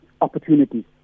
opportunities